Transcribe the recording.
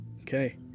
Okay